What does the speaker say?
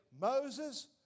Moses